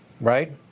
right